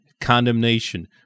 condemnation